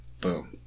boom